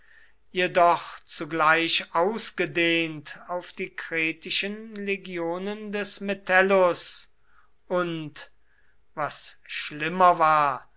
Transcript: jedoch zugleich ausgedehnt auf die kretischen legionen des metellus und was schlimmer war